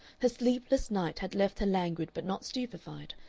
her sleepless night had left her languid but not stupefied,